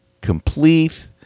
complete